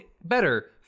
better